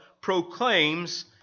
proclaims